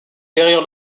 derrière